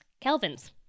Kelvin's